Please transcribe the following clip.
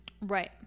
Right